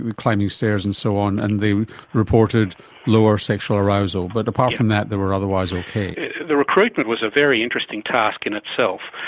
and climbing stairs and so on, and they reported lower sexual arousal. but apart from that they were otherwise okay. the recruitment was a very interesting task in itself.